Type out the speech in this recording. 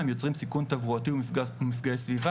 הם יוצרים סיכון תברואתי ומפגעי סביבה